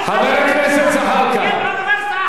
חבר הכנסת זחאלקה,